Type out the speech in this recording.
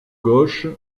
gauche